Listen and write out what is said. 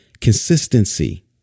Consistency